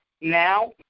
now